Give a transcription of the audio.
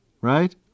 Right